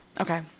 Okay